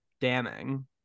damning